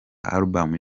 album